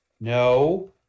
no